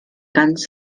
ganz